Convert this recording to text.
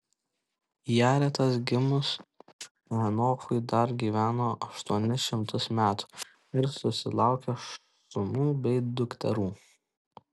jaretas gimus henochui dar gyveno aštuonis šimtus metų ir susilaukė sūnų bei dukterų